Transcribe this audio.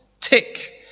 Tick